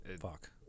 fuck